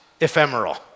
ephemeral